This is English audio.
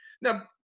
Now